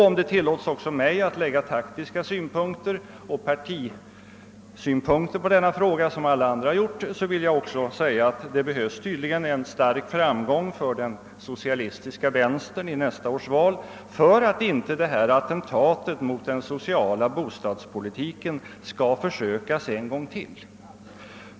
Om det tillåtes också mig att lägga taktiska synpunkter och partisynpunkter på denna fråga, som alla andra har gjort, vill jag framhålla att det tydligen behövs en stark framgång för den socialistiska vänstern i nästa års val för att förhindra att detta attentat mot den sociala bostadspolitiken sker en gång till.